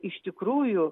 iš tikrųjų